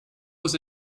was